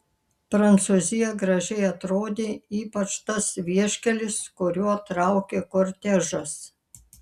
prancūzija gražiai atrodė ypač tas vieškelis kuriuo traukė kortežas